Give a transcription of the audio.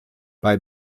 bei